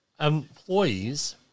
employees